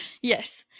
Yes